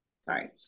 sorry